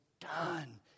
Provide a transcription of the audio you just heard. done